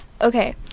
okay